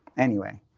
anyway,